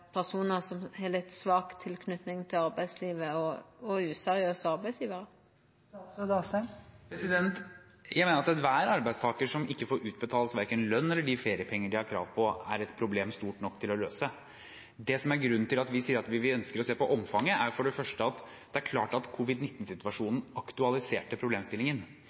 personar som har litt svak tilknyting til arbeidslivet og useriøse arbeidsgjevarar? Jeg mener at enhver arbeidstaker som ikke får utbetalt verken lønn eller de feriepengene de har krav på, er et problem stort nok til å løse. Grunnen til at vi sier at vi ønsker å se på omfanget, er for det første at det er klart at covid-19-situasjonen har aktualisert